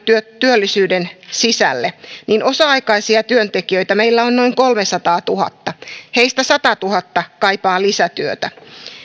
työllisyyden sisälle niin osa aikaisia työntekijöitä meillä on noin kolmesataatuhatta heistä satatuhatta kaipaa lisätyötä